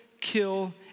kill